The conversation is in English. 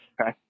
Okay